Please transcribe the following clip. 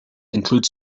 include